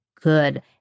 good